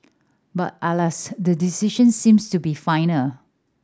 but alas the decision seems to be final